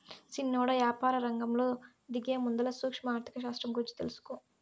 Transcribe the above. సిన్నోడా, యాపారరంగంలో దిగేముందల సూక్ష్మ ఆర్థిక శాస్త్రం గూర్చి తెలుసుకో